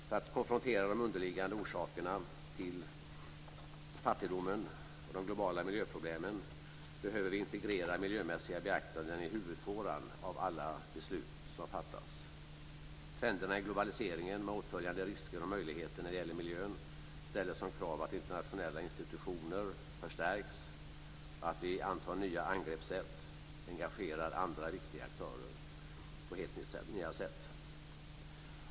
För att konfrontera de underliggande orsakerna till fattigdomen och de globala miljöproblemen behöver vi integrera miljömässiga beaktanden i huvudfåran av alla beslut som fattas. Trenderna i globaliseringen, med åtföljande risker och möjligheter när det gäller miljön, ställer som krav att internationella institutioner förstärks, antar nya angreppssätt och engagerar andra viktiga aktörer på helt nya sätt.